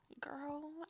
girl